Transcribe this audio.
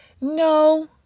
no